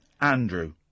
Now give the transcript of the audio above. Andrew